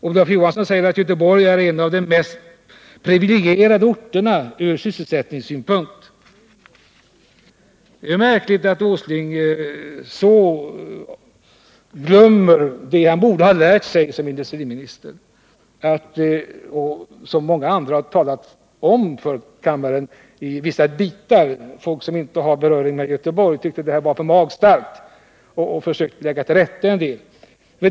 Olof Johansson säger att Göteborg är en av de mest privilegierade orterna ur sysselsättningssynpunkt. Det är märkligt att Nils Åsling så helt glömt vad han borde ha lärt sig som industriminister. Många andra talare som inte har beröring med Göteborg tyckte att det här var för magstarkt och har försökt lägga till rätta en del för kammaren.